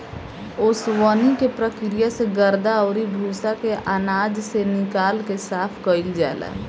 ओसवनी के प्रक्रिया से गर्दा अउरी भूसा के आनाज से निकाल के साफ कईल जाला